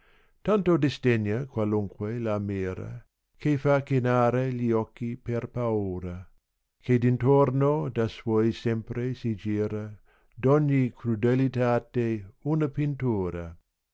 tanto disdegna qualunque la mira che fa chinare gli occhi per paura che d intorno da suoi sempre si gira ly ogni crudeli tate